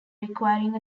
requiring